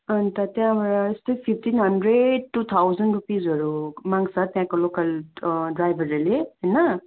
अन्त त्यहाँबाट यस्तै फिप्टिन हन्ड्रेड टू थाउजन रुपिजहरू माग्छ त्यहाँको लोकल ड्राइभरहरूले होइन